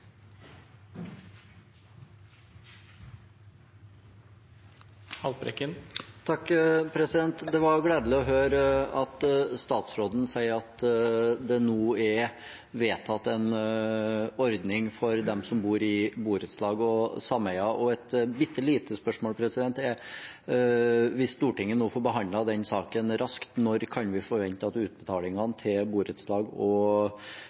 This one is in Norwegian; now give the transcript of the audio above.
behovet der. Det var gledelig å høre at statsråden sier at det nå er vedtatt en ordning for dem som bor i borettslag og sameier, og et bittelite spørsmål er: Hvis Stortinget nå får behandlet den saken raskt, når kan vi forvente at utbetalingene til borettslag og